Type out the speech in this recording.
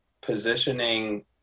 positioning